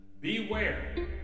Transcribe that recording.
beware